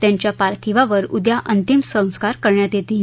त्यांच्या पार्थिवावर उद्या अंतिम संस्कार करण्यात येतील